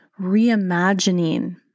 reimagining